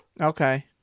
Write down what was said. Okay